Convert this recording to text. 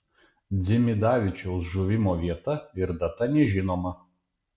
dzimidavičiaus žuvimo vieta ir data nežinoma